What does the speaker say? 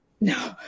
No